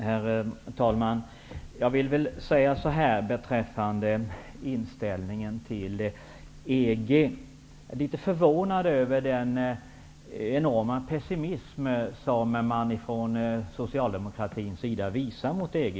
Herr talman! Jag är litet förvånad över den enorma pessimism som man från socialdemokratins sida visar mot EG.